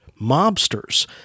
mobsters